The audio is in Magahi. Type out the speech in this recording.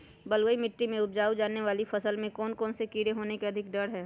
बलुई मिट्टी में उपजाय जाने वाली फसल में कौन कौन से कीड़े होने के अधिक डर हैं?